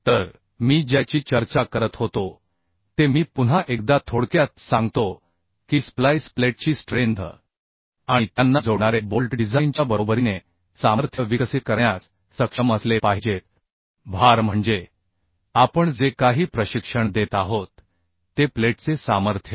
तर मी ज्याची चर्चा करत होतो ते मी पुन्हा एकदा थोडक्यात सांगतो की स्प्लाइस प्लेटची स्ट्रेंथ आणि त्यांना जोडणारे बोल्ट डिझाइनच्या बरोबरीने सामर्थ्य विकसित करण्यास सक्षम असले पाहिजेत भार म्हणजे आपण जे काही प्रशिक्षण देत आहोत ते प्लेटचे सामर्थ्य